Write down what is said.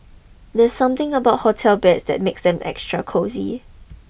there's something about hotel beds that makes them extra cosy